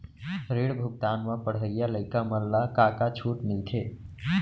ऋण भुगतान म पढ़इया लइका मन ला का का छूट मिलथे?